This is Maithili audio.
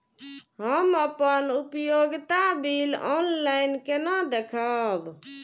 हम अपन उपयोगिता बिल ऑनलाइन केना देखब?